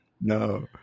no